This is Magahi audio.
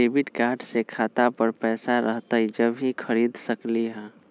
डेबिट कार्ड से खाता पर पैसा रहतई जब ही खरीद सकली ह?